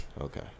Okay